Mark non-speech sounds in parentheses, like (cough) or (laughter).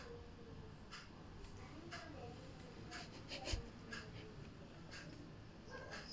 (laughs)